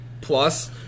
plus